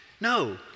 No